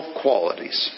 qualities